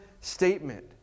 statement